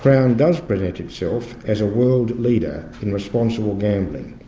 crown does present itself as a world leader in responsible gambling.